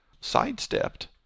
sidestepped